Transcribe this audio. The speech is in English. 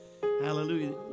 hallelujah